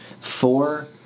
four